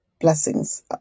blessings